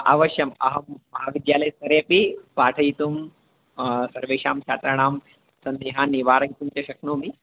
अवश्यम् अहं महाविद्यालयस्तरेपि पाठयितुं सर्वेषां छात्राणां सन्देहः निवारयितुं च शक्नोमि